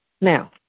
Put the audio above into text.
now